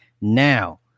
Now